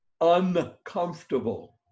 uncomfortable